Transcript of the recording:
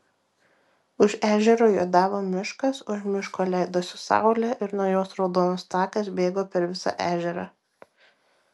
už ežero juodavo miškas už miško leidosi saulė ir nuo jos raudonas takas bėgo per visą ežerą